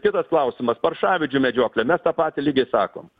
kitas klausimas paršavedžių medžioklė mes tą patį lygiai sakom